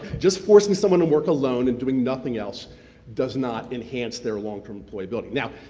just forcing someone to work alone and doing nothing else does not enhance their long term employability. now,